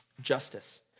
Justice